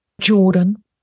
Jordan